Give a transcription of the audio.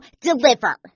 deliver